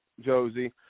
Josie